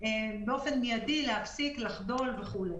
באופן מיידי להפסיק, לחדול וכו'.